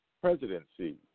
Presidency